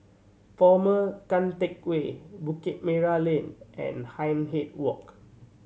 Former Keng Teck Whay Bukit Merah Lane and Hindhede Walk